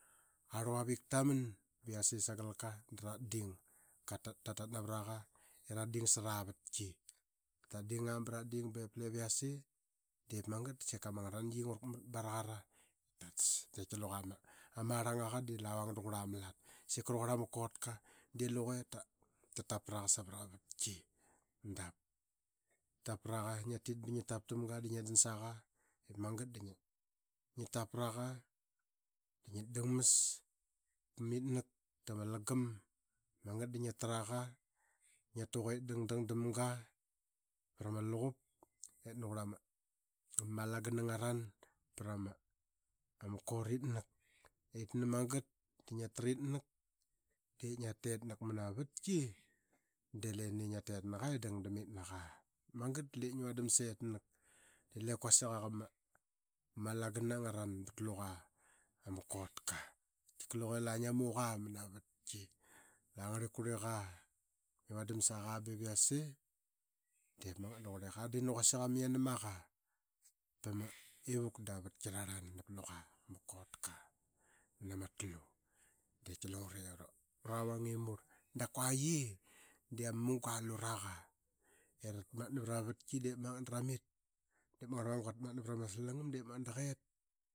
Ar luavik taman ba yase sagalka da ratding. Tatat navraqa i ratding saravatki tatding aa ba rat ding ip yase diip magat da sika ma arlangaqa dii lavang daqurla ma lat. Ka raqurl ama kotka i luye ta tapraqa savrama avatki. Ngia tit ba ramga da ngiat dan saqa ip magat da angi tapraqa, ngitdangmas pamitnak tamalangam ip magat d a ngia tuqa ip dangdang damga pra ma luqup ip nani qurlama alangana ngavaran pr ama kotrinak. Ip nani magat da ngia ta etnak de ngia tetnak manama vatki de leni ngia tet naqa i dang dam itnak aa. Magat da lip ngi vuadam setnak delep quasik qaqma alangana ngaran pat luqa ama kotka. Tika luqe la ngiamuqa manama vatki langarlip kurliqa. Ngia vadam sawas ba iv yase dep magat da queliqan nap luqa mas kotka. Nana ma tlu di qaki lungure ura vang i murl da kua qe de ama munga aluraqa eratmatna vra ma vatlei daramit. Diip ma ngarlmamga qatmatna vra mavatlei daramit. Diip ma ngarlmamga qatmatna vra ma slanggam diip magat da qit.